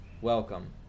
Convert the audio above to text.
Welcome